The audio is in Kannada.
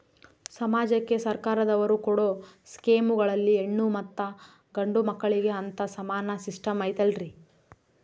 ಸಮಾಜಕ್ಕೆ ಸರ್ಕಾರದವರು ಕೊಡೊ ಸ್ಕೇಮುಗಳಲ್ಲಿ ಹೆಣ್ಣು ಮತ್ತಾ ಗಂಡು ಮಕ್ಕಳಿಗೆ ಅಂತಾ ಸಮಾನ ಸಿಸ್ಟಮ್ ಐತಲ್ರಿ?